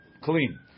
clean